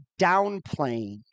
downplaying